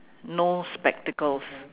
no spectacles